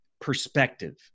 perspective